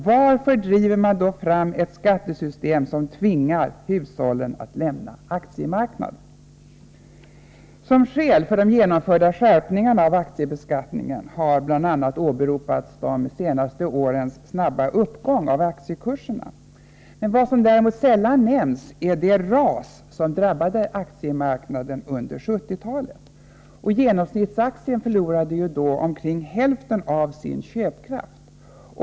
Varför driver man då fram ett skattesystem, som tvingar hushållen att lämna aktiemarknaden?” Som skäl för de genomförda skärpningarna av aktiebeskattningen har bl.a. åberopats de senaste årens snabba uppgång av aktiekurserna. Vad som däremot sällan nämns är det ras som under 1970-talet drabbade aktiemarknaden. Genomsnittsaktien förlorade då nästan hälften av sin köpkraft.